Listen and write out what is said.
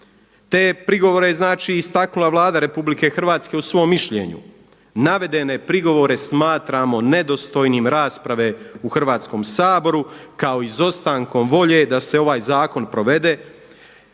Te prigovore je znači istaknula Vlada Republike Hrvatske u svom mišljenju. Navedene prigovore smatramo nedostojnim rasprave u Hrvatskom saboru kao izostankom volje da se ovaj zakon provede,